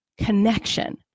connection